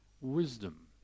wisdom